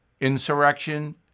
insurrection